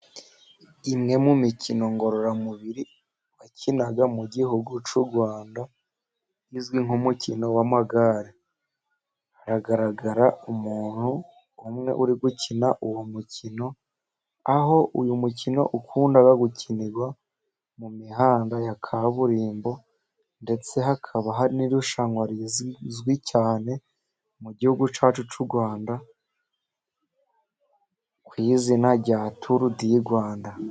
Imwe mu mikino ngororamubiri bakina mu gihugu cy'urwanda izwi nk'umukino w'amagare, hagaragara umuntu umwe uri gukina uwo mukino aho uyu mukino ukunda gukinirwa mu mihanda ya kaburimbo, ndetse hakaba hari n'irushanwa rizwi cyane mu gihugu cyacu cy'urwanda ku izina rya turu di rwanda.